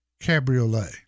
Cabriolet